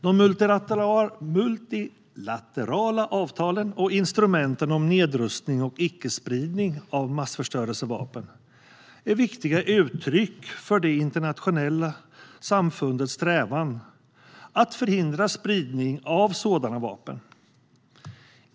De multilaterala avtalen och instrumenten om nedrustning och icke-spridning av massförstörelsevapen är viktiga uttryck för det internationella samfundets strävan att förhindra spridning av sådana vapen.